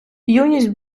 юність